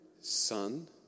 son